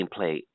gameplay